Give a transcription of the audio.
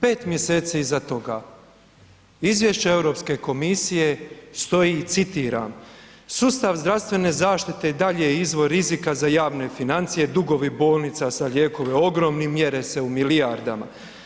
Pet mjeseci iza toga izvješće Europske komisije stoji citiram: Sustav zdravstvene zaštite i dalje je izvor rizika za javne financije, dugovi bolnica za lijekove ogromni mjere se u milijardama.